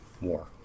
war